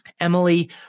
Emily